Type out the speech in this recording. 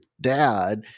dad